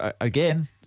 Again